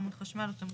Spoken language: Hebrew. עמוד חשמל או תמרור,